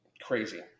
crazy